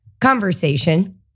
Conversation